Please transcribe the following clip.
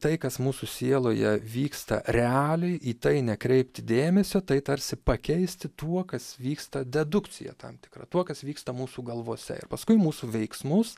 tai kas mūsų sieloje vyksta realiai į tai nekreipti dėmesio tai tarsi pakeisti tuo kas vyksta dedukcija tam tikra tuo kas vyksta mūsų galvose ir paskui mūsų veiksmus